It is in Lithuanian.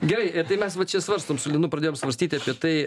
gerai tai mes va čia svarstom su linu pradėjom svarstyti apie tai